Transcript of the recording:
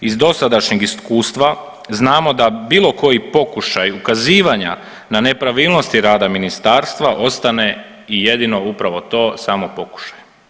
Iz dosadašnjeg iskustva znamo da bilo koji pokušaj ukazivanja na nepravilnosti rada Ministarstva ostane i jedino upravo to, samo pokušaj.